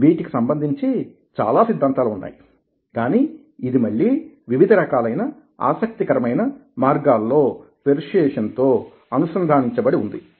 వీటికి సంబంధించి అలా సిద్ధాంతాలు ఉన్నాయి కానీ ఇది మళ్లీ వివిధ రకాలైన ఆసక్తికరమైన మార్గాలలో పెర్స్యుయేసన్ తో అనుసంధానించబడి ఉంది